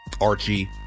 Archie